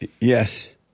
yes